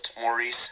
Maurice